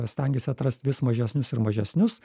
stengiasi atrast vis mažesnius ir mažesnius